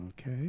Okay